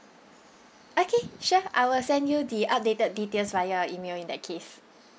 okay sure I will send you the updated details via email in that case